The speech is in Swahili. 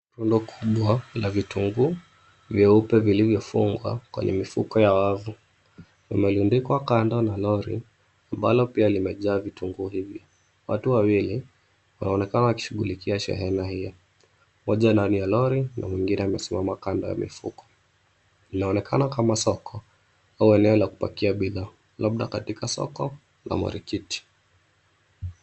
Rundo kubwa la vitunguu vyeupe vilivyofungwa kwenye mifuko ya wavu, limerundikwa kando na lori ambalo pia limejaa vitunguu hivi. Watu wawili wanaonekana wakishughulikia shehena hiyo. Mmoja ndani ya lori na mwingine amesimama kando ya mifuko. Inaonekana kama soko au eneo la kupakia bidhaa, labda katika soko la marikiti.